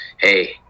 hey